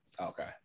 Okay